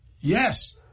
Yes